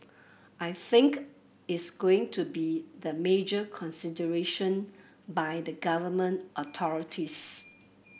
I think is going to be the major consideration by the Government authorities